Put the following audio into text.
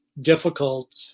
difficult